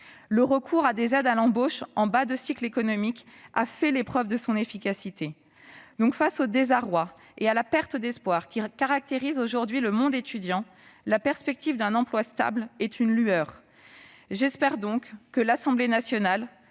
Le recours à des aides à l'embauche en bas de cycle économique a fait les preuves de son efficacité. Face au désarroi et à la perte d'espoir qui caractérise aujourd'hui le monde étudiant, la perspective d'un emploi stable est une lueur. J'espère que l'Assemblée nationale,